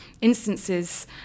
instances